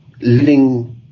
living